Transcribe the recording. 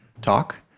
talk